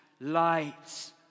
lights